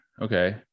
Okay